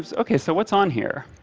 so okay, so what's on here?